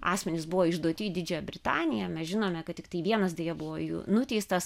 asmenys buvo išduoti į didžiąją britaniją mes žinome kad tiktai vienas deja buvo jų nuteistas